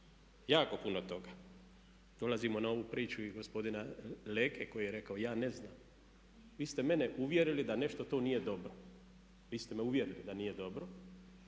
Jako puno toga. Dolazimo na ovu priču i gospodina Leke koji je rekao ja ne znam. Vi ste mene uvjerili da nešto tu nije dobro, vi ste me uvjerili da nije dobro.